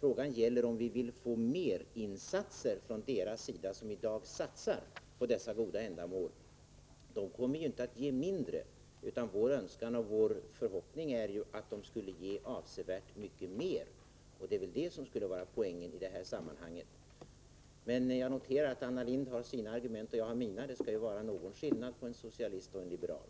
frågan gäller om vi vill att de som i dag satsar för dessa goda ändamål skall göra merinsatser. De kommer inte att ge mindre, utan vår önskan och vår förhoppning är att de ger avsevärt mycket mer, vilket skulle vara poängen i detta sammanhang. Jag noterar att Anna Lindh har sina argument och jag har mina, och det skall väl vara någon skillnad mellan en socialist och en liberal.